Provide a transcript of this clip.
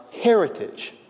heritage